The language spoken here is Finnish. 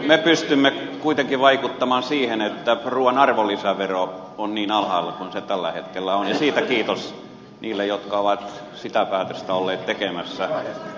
me pystymme kuitenkin vaikuttamaan siihen että ruuan arvonlisävero on niin alhaalla kuin se tällä hetkellä on ja siitä kiitos niille jotka ovat sitä päätöstä olleet tekemässä